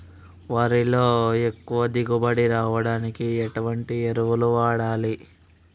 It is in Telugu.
వరిలో ఎక్కువ దిగుబడి రావడానికి ఎటువంటి ఎరువులు వాడాలి?